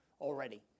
already